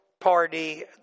party